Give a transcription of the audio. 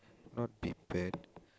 not be bad